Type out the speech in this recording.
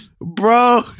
bro